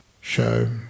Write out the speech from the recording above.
show